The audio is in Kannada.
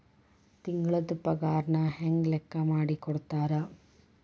ತಿಂಗಳದ್ ಪಾಗಾರನ ಹೆಂಗ್ ಲೆಕ್ಕಾ ಮಾಡಿ ಕೊಡ್ತಾರಾ